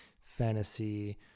fantasy